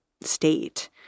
state